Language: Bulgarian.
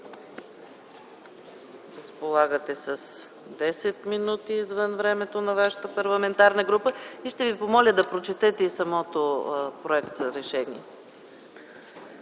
Разполагате с 10 мин. извън времето на вашата парламентарна група. Искам да Ви помоля да прочетете проекта за решение.